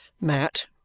Matt